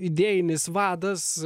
idėjinis vadas